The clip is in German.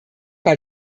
bei